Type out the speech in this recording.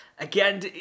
again